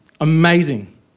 Amazing